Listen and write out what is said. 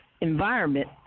environment